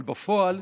אבל בפועל,